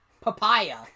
papaya